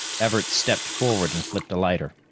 everts stepped forward and flipped a lighter.